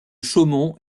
chaumont